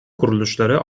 kuruluşları